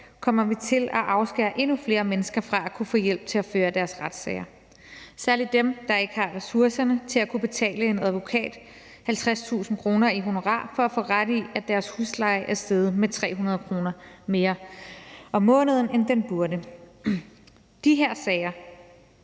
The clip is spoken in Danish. kommer vi til at afskære endnu flere mennesker fra at kunne få hjælp til at føre deres retssager og særlig dem, som ikke har ressourcerne til at kunne betale en advokat 50.000 kr. i honorar for at få ret i, at deres husleje er steget med 300 kr. mere om måneden, end den burde. De her sager